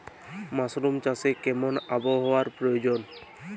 Mushroom চাষে কেমন আবহাওয়ার প্রয়োজন?